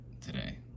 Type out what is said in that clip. today